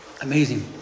Amazing